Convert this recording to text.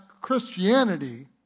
Christianity